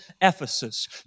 Ephesus